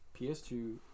PS2